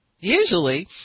Usually